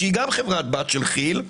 שהיא גם חברת בת של כי"ל,